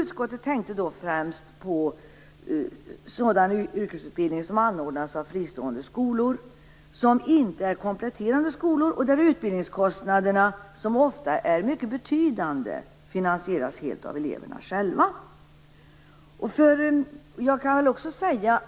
Utskottet tänkte främst på sådan yrkesutbildning som anordnas av fristående skolor som inte är kompletterande skolor och där utbildningskostnaderna, som ofta är mycket betydande, finansieras helt av eleverna själva.